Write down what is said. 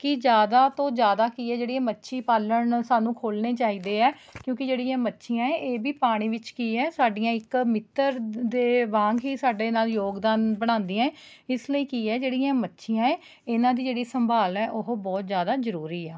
ਕਿ ਜ਼ਿਆਦਾ ਤੋਂ ਜ਼ਿਆਦਾ ਕੀ ਹੈ ਜਿਹੜੀ ਏ ਮੱਛੀ ਪਾਲਣ ਸਾਨੂੰ ਖੋਲ੍ਹਣੇ ਚਾਹੀਦੇ ਹੈ ਕਿਉਂਕਿ ਜਿਹੜੀਆਂ ਇਹ ਮੱਛੀਆਂ ਹੈ ਇਹ ਵੀ ਪਾਣੀ ਵਿੱਚ ਕੀ ਹੈ ਸਾਡੀਆਂ ਇੱਕ ਮਿੱਤਰ ਦੇ ਵਾਂਗ ਹੀ ਸਾਡੇ ਨਾਲ ਯੋਗਦਾਨ ਬਣਾਉਂਦੀਆਂ ਏ ਇਸ ਲਈ ਕੀ ਹੈ ਜਿਹੜੀਆਂ ਇਹ ਮੱਛੀਆਂ ਹੈ ਇਹਨਾਂ ਦੀ ਜਿਹੜੀ ਸੰਭਾਲ ਹੈ ਉਹ ਬਹੁਤ ਜ਼ਰੂਰੀ ਹੈ